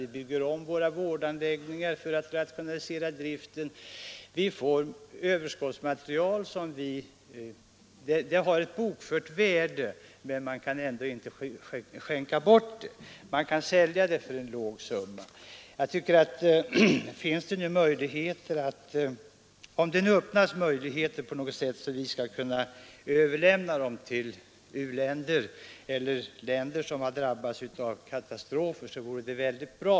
Vi bygger om våra vårdanläggningar för att rationalisera driften, och vi får överskottsmaterial, som har ett bokfört värde. Det kan inte skänkas bort, men det kan säljas för en låg summa. Om det nu på något sätt skapas möjligheter att överlämna sådant överkottsmaterial till u-länder eller länder som drabbas av katastrofer vore det mycket bra.